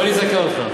בוא אני אזכה אותך.